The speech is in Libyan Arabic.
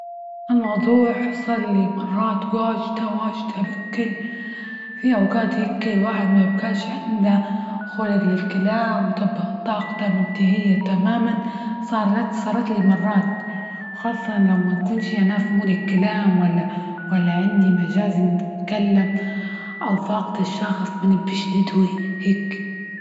هالموضوع صار لي مرات واجدة واجدة بكل، في أوقات هيك الواحد ما يبقاش عنده خلق للكلام طاقته منتهية تماما، صارت- صارت لي مرات، خاصة لما منكنش أنا في مود الكلام ولا ولا عندي مجال إني أتكلم ولا فاقدة الشغف هكي.